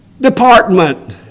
department